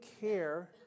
care